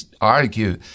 argue